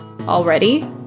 already